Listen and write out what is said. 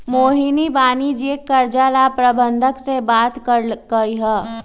मोहिनी वाणिज्यिक कर्जा ला प्रबंधक से बात कलकई ह